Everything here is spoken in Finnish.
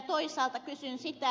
toisaalta kysyn